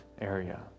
area